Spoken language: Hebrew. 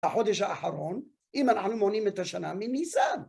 בחודש האחרון, אם אנחנו מונים את השנה מניסן.